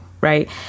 right